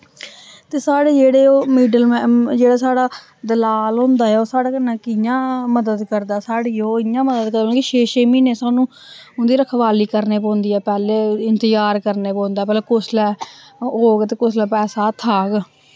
ते साढ़े जेह्ड़े ओह् मिडलमैन जेह्ड़ा साढ़ा दलाल होंदा ऐ ओह् साढ़े कन्नै कि'यां मदद करदा साढ़ी ओह् इ'यां मदद करदा कि छे छे म्हीनें सानू उं'दी रखवाली करने पौंदी ऐ पैह्ले इंतजार करने पौंदा भला कुसलै होग ते कुसलै पैसा हत्थ आह्ग